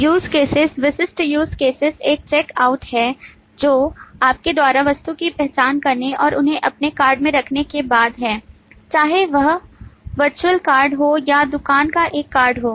use cases विशिष्ट use case एक check out है जो आपके द्वारा वस्तु की पहचान करने और उन्हें अपने कार्ड में रखने के बाद है चाहे वह वर्चुअल कार्ड हो या दुकान पर एक कार्ड हो